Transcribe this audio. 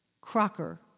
Crocker